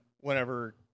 whenever